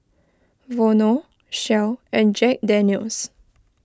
Vono Shell and Jack Daniel's